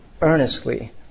earnestly